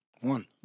One